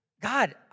God